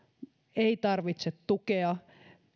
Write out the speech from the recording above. ei tarvitse tukea